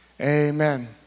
amen